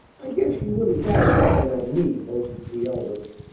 i guess she wouldn't dast try it on me! boasted the eldest.